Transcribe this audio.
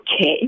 Okay